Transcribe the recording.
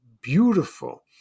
beautiful